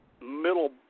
middle